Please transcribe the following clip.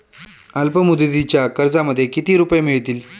अल्पमुदतीच्या कर्जामध्ये किती रुपये मिळतील?